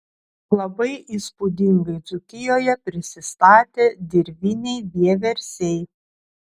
labai įspūdingai dzūkijoje prisistatė dirviniai vieversiai